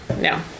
No